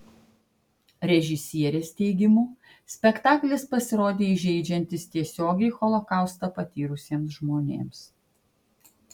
režisierės teigimu spektaklis pasirodė įžeidžiantis tiesiogiai holokaustą patyrusiems žmonėms